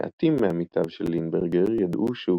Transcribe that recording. מעטים מעמיתיו של לינברגר ידעו שהוא